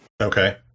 Okay